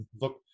look